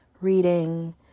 reading